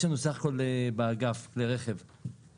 יש לנו בסך הכול באגף כלי רכב בפעילות,